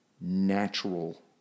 natural